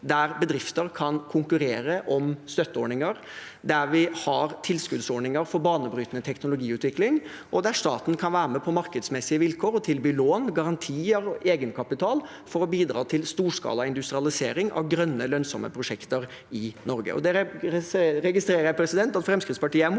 der bedrifter kan konkurrere om støtteordninger, der vi har tilskuddsordninger for banebrytende teknologiutvikling, og der staten kan være med på markedsmessige vilkår og tilby lån, garantier og egenkapital for å bidra til storskala industrialisering av grønne, lønnsomme prosjekter i Norge. Det registrerer jeg at Fremskrittspartiet er imot.